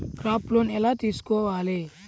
Crop loan ఎలా తీసుకోవాలి?